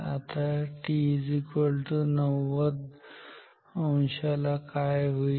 आता t90 डिग्रीला काय होईल